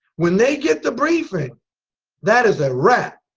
when they get the briefing that is a wrap.